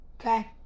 Okay